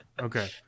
Okay